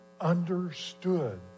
understood